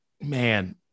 man